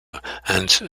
and